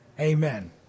Amen